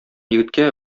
егеткә